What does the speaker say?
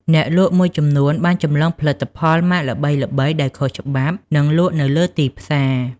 អ្នកលក់មួយចំនួនបានចម្លងផលិតផលម៉ាកល្បីៗដោយខុសច្បាប់ និងលក់នៅលើ ទីផ្សារ។